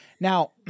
Now